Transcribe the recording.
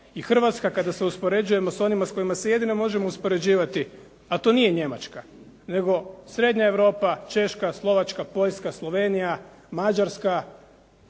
I Hrvatska, kada se uspoređujemo s onima s kojima se jedino možemo uspoređivati, a to nije Njemačka nego srednja Europa, Češka, Slovačka, Poljska, Slovenija, Mađarska,